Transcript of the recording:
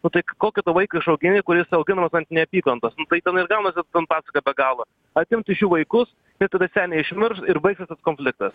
nu tai kokį tu vaiką išaugini kuris auginamas ant neapykantos nu tai ten ir gaunasi ten pasaka be galo atimt iš jų vaikus tai tada seniai išmirs ir baigsis konfliktas